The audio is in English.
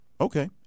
okay